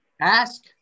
Ask